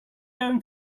going